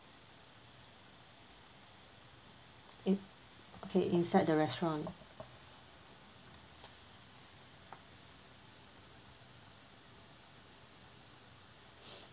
okay inside the restaurant